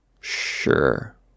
Sure